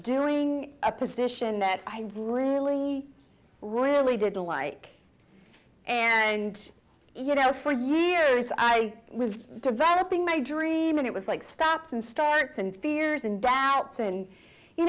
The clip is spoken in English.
doing a position that i really really didn't like and you know for years i was developing my dream and it was like stops and starts and fears and doubts and you